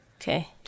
Okay